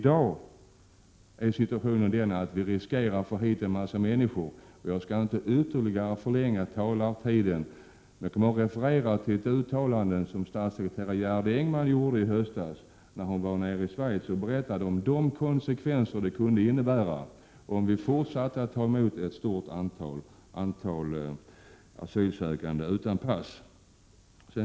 Jag skall inte ytterligare förlänga taletiden, men jag vill referera till ett uttalande som statssekreterare Gerd Engman gjorde under ett besök i Schweiz i höstas. Hon talade om de konsekvenser det kunde få om vi fortsatte att ta emot ett stort antal asylsökande utan pass.